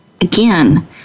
Again